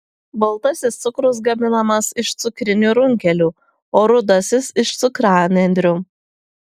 baltasis cukrus gaminamas iš cukrinių runkelių o rudasis iš cukranendrių